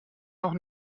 noch